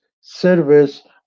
service